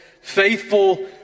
faithful